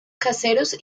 caseros